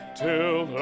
till